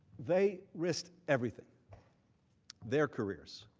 they wrist everything their careers